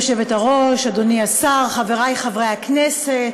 גברתי היושבת-ראש, אדוני השר, חברי חברי הכנסת,